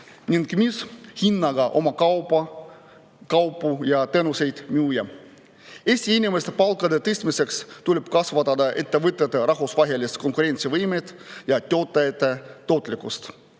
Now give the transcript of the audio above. ning mis hinnaga oma kaupu ja teenuseid müüa. Eesti inimeste palkade tõstmiseks tuleb kasvatada ettevõtete rahvusvahelist konkurentsivõimet ja töötajate tootlikkust.